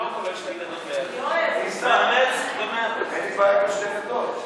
"שתי גדות לירדן" אין לי בעיה עם "שתי גדות".